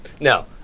Now